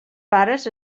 pares